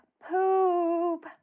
Poop